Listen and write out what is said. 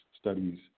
studies